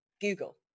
Google